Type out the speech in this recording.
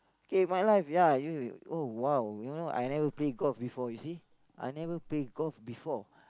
okay my life ya oh !wow! you know I never play golf before you see I never play golf before